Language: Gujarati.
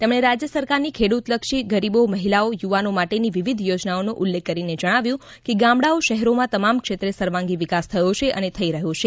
તેમણે રાજ્ય સરકારની ખેડૂતલક્ષી ગરીબો મહિલાઓ યુવાનો માટેની વિવિધ યોજનાઓનો ઉલ્લેખ કરીને જણાવ્યું કે ગામડાઓ શહેરોમાં તમામ ક્ષેત્રે સર્વાંગી વિકાસ થયો છે અને થઈ રહ્યો છે